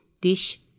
dish